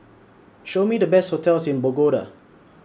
Show Me The Best hotels in Bogota